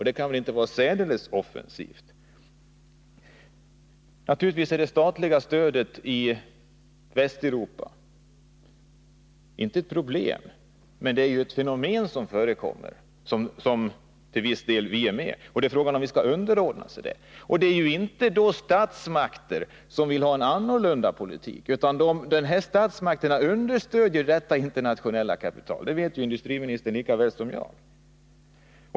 Det kan väl inte vara särdeles offensivt? Naturligtvis är det statliga stödet i Västeuropa inte ett problem, men det är ett fenomen som förekommer, där vi till viss del är med. Frågan är om vi skall underordna oss detta. De här staterna vill inte ha en annorlunda politik, utan deras statsmakter understödjer det internationella kapitalet — det vet industriministern lika väl som jag.